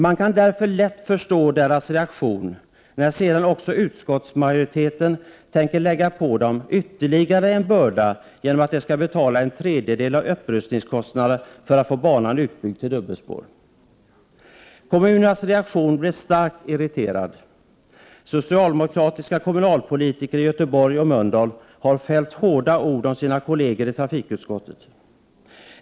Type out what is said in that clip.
Det är därför lätt att förstå kommunernas reaktion när också utskottsmajoriteten tänker lägga ytterligare en börda på kommunerna genom att dessa skall stå för en tredjedel av upprustningskostnaderna i samband med att man bygger ut banan till dubbelspår. Kommunerna reagerade genom att visa stor irritation. Socialdemokratiska kommunalpolitiker i Göteborg och Mölndal har fällt hårda ord om sina kolleger i trafikutskottet.